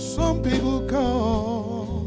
some people go oh